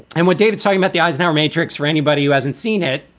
and what david, sorry about the eisenhower matrix for anybody who hasn't seen it,